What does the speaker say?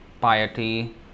piety